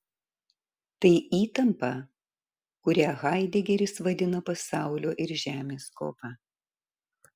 tai įtampa kurią haidegeris vadina pasaulio ir žemės kova